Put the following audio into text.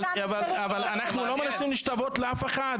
אבל אנחנו לא מנסים להשתוות לאף אחד,